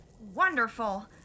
Wonderful